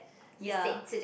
ya